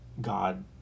God